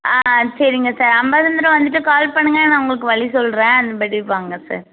ஆ சரிங்க சார் அம்பாசமுத்திரம் வந்துவிட்டு கால் பண்ணுங்க நான் உங்களுக்கு வழி சொல்கிறேன் அதுப்படி வாங்க சார்